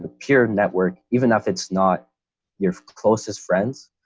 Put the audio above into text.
ah peer network, even if it's not your closest friends,